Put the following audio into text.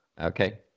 Okay